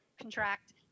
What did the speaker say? contract